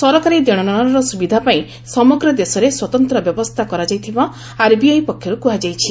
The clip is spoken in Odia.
ସରକାରୀ ଦେଶନେଶର ସ୍ତବିଧାପାଇଁ ସମଗ୍ ଦେଶରେ ସ୍ପତନ୍ତ୍ର ବ୍ୟବସ୍କା କରାଯାଇଥିବା ଆର୍ବିଆଇ ପକ୍ଷର୍ କୁହାଯାଇଛି